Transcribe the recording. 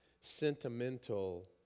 sentimental